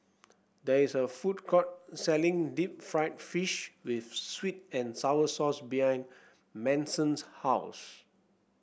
there is a food court selling Deep Fried Fish with sweet and sour sauce behind Manson's house